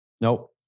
Nope